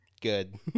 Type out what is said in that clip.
Good